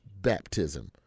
baptism